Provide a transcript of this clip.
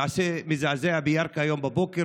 מעשה מזעזע בירכא היום בבוקר,